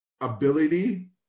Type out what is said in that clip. ability